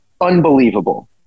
unbelievable